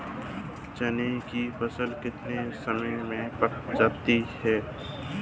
चने की फसल कितने समय में पक जाती है?